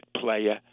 player